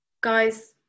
Guys